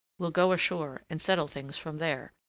we'll go ashore, and settle things from there.